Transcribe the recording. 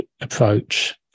approach